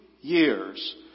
years